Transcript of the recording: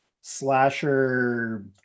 slasher